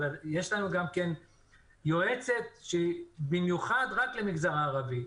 אבל יש לנו גם כן יועצת שהיא במיוחד רק למגזר הערבי,